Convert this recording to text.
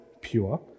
Pure